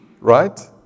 right